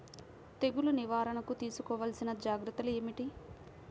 తెగులు నివారణకు తీసుకోవలసిన జాగ్రత్తలు ఏమిటీ?